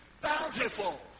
bountiful